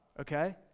okay